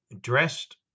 dressed